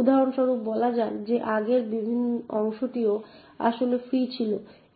উদাহরণস্বরূপ বলা যাক যে এখানে আগের অংশটিও আসলে ফ্রি ছিল